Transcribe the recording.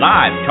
Live